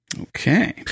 Okay